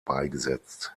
beigesetzt